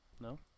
No